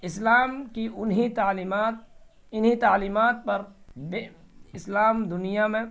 اسلام کی ان ہی تعلیمات انہیں تعلیمات پر بے اسلام دنیا میں